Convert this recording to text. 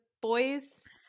boys